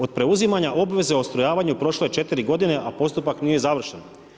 Od preuzimanja obveze o ustrojavanju, prošlo je 4 g. a postupak nije završen.